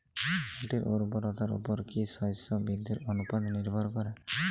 মাটির উর্বরতার উপর কী শস্য বৃদ্ধির অনুপাত নির্ভর করে?